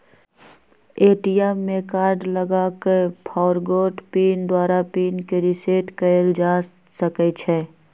ATM में card लगा कऽ फ़ॉरगोट पिन द्वारा पिन के रिसेट कएल जा सकै छै